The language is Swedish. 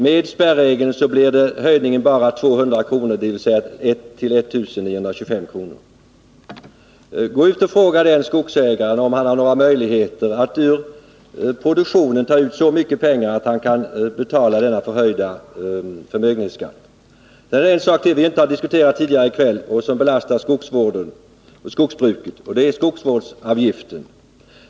Med spärregeln blev höjningen bara 200 kr., dvs. till 1925 kr. Gå ut och fråga den skogsägaren om han har några möjligheter att ur produktionen ta ut så mycket pengar att han kan betala denna förhöjda förmögenhetsskatt! Det är en sak som vi inte har diskuterat tidigare i kväll och som belastar skogsvården och skogsbruket, nämligen skogsvårdsavgiften.